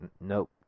Nope